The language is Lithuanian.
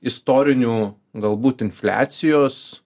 istorinių galbūt infliacijos